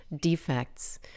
defects